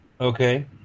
Okay